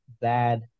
bad